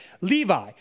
Levi